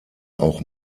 auch